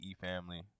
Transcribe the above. family